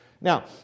Now